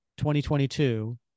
2022